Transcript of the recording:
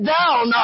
down